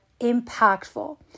impactful